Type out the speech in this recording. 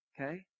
Okay